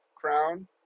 crown